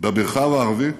במרחב הערבי,